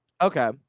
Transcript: Okay